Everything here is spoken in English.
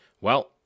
Well